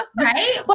right